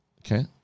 okay